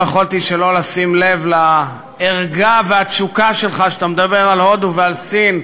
לא יכולתי שלא לשים לב לערגה והתשוקה שלך כשאתה מדבר על הודו ועל סין,